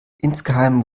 insgeheim